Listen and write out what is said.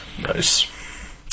Nice